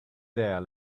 there